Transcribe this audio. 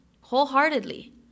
wholeheartedly